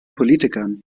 politikern